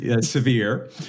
severe